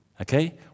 Okay